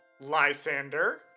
Lysander